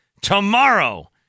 tomorrow